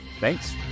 Thanks